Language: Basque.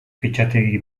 fitxategi